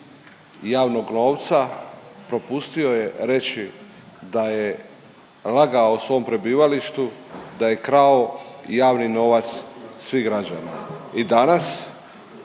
javnog novca propustio je reći da je lagao o svom prebivalištu, da je krao javni novac svih građana. I danas